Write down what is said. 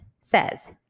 says